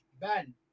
Ben